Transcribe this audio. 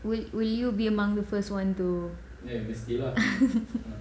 will will you be among the first one to